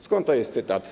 Skąd to jest cytat?